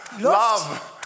love